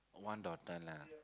one daughter lah